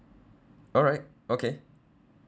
alright okay